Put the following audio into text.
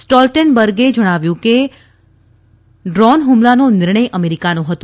સ્ટોલ્ટેન બર્ગે જણાવ્યું કે ડ્રીન હુમલાનો નિર્ણય અમેરિકાનો હતો